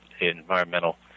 environmental